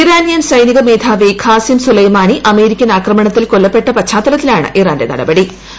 Iranian സൈനികമേധാവി Qasem Soleimani American ആക്രമണത്തിൽ കൊല്ലപ്പെട്ട പശ്ചാത്തലത്തിലാണ് ഇറാന്റെ നടപട്ടി